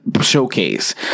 Showcase